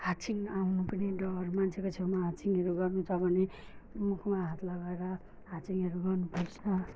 हाच्छिउँ आउनु पनि डर मान्छेको छेउमा हाच्छिउँहरू गर्नु छ भने मुखमा हात लगाएर हाच्छिउँहरू गर्नु पर्छ